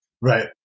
Right